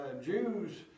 Jews